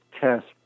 test